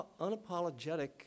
unapologetic